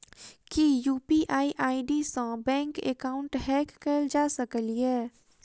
की UPI ID सऽ bank account hack कैल जा सकलिये?